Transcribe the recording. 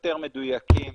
יותר מדויקים